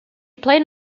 played